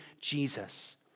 Jesus